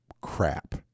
crap